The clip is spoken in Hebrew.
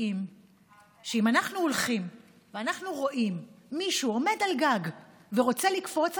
שאם אנחנו הולכים ואנחנו רואים מישהו עומד על גג ורוצה לקפוץ,